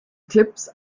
clips